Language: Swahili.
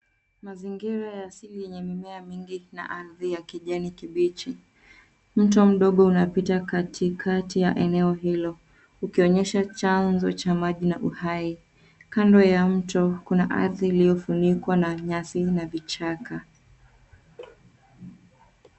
Mazingira ya asili yenye mimea mingi ,na ardhi ya kijani kibichi. Mto mdogo unapita katikati ya eneo hilo ,ukionyesha chanzo cha maji na uhai. Kando ya mto Kuna ardhi iliyofunikwa na nyasi na vichaka.